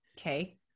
okay